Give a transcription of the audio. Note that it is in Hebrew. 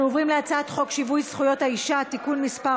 אנחנו עוברים להצעת חוק שיווי זכויות האישה (תיקון מס'